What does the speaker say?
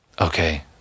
Okay